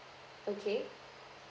okay